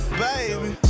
baby